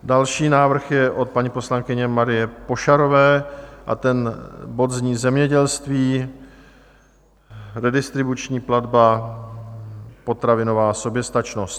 Další návrh je od paní poslankyně Marie Pošarové a ten bod zní Zemědělství, redistribuční platba, potravinová soběstačnost.